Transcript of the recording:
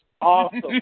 awesome